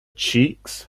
cheeks